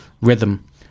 rhythm